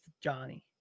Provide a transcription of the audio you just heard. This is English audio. Johnny